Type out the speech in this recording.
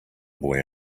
boy